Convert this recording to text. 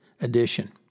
edition